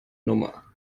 nummer